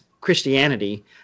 Christianity